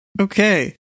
Okay